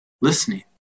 listening